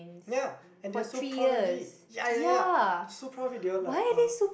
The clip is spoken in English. yeah and they're so proud of it ya ya ya they're so proud of it they were like uh